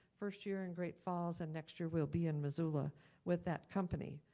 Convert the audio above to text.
first year in great falls and next year will be in missoula with that company.